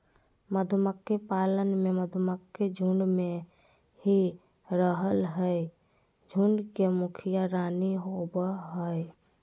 मधुमक्खी पालन में मधुमक्खी झुंड में ही रहअ हई, झुंड के मुखिया रानी होवअ हई